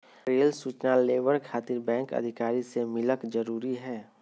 Rail सूचना labour खातिर bank अधिकारी से मिलक जरूरी है?